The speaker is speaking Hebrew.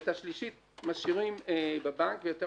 ואת השלישית משאירים בבנק ויותר